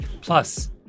Plus